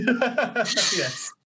Yes